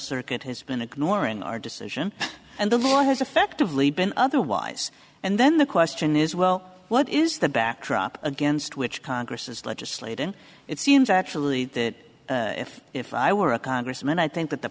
circuit has been ignoring our decision and the law has effectively been otherwise and then the question is well what is the backdrop against which congress has legislated it seems actually that if if i were a congressman i think that the